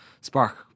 spark